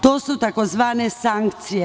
To su takozvane sankcije.